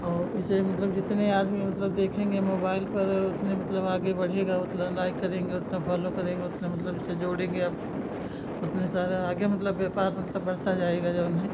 और जैसे मतलब जितने आदमी मतलब देखेगे मोबाइल पर उतने मतलब आगे बढ़ेगा उतना लाइक करेंगे उतना फ़ाॅलो करेंगे उतना मतलब जैसे जोड़ेंगे आपस में उतने सारा आगे मतलब व्यापार मतलब बढ़ता जाएगा जऊन है